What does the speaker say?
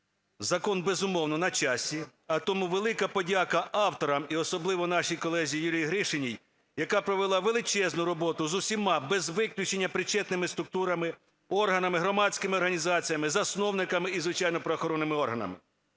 Закон, безумовно, на часі, а тому велика подяка авторам і особливо нашій колезі Юлії Гришиній, яка провела величезну роботу з усіма без виключення причетними структурами, органами, громадськими організаціями, засновниками і, звичайно, правоохоронними органами.